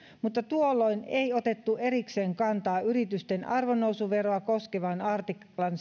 mutta tuolloin ei otettu erikseen kantaa yritysten arvonnousuveroa koskevan artiklan